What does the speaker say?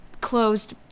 closed